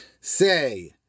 say